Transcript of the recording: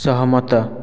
ସହମତ